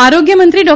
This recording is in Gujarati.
આરોગ્યમંત્રી ડૉ